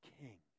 King